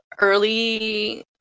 early